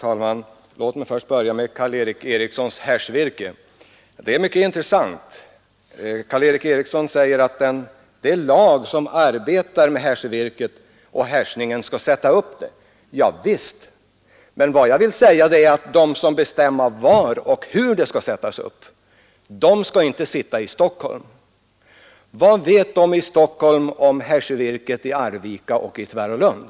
Herr talman! Låt mig börja med Karl Erik Eriksson och hans hässjevirke. Karl Erik Eriksson säger att det arbetslag som arbetar med jevirket och hässjningen skall sätta upp hässjorna. Ja visst — men vad jag ännu en gång vill påpeka är att de som bestämmer var och hur hässjorna skall sättas upp, de skall inte sitta i Stockholm. Vad vet man i Stockholm om hässjevirket i Arvika och i Tvärålund?